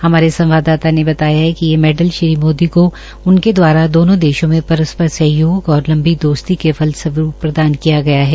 हमारे संवाददाता ने बताया कि ये मैडल श्री मोदी को उनके द्वारा दोनों देशो में परस्पर सहयोग और लंबी दोस्ती के फलरूवरूप प्रदान किया गया है